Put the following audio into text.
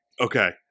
Okay